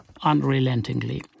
unrelentingly